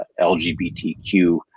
LGBTQ